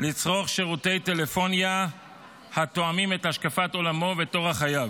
לצרוך שירותי טלפוניה התואמים את השקפת עולמו ואת אורח חייו.